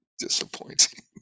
disappointing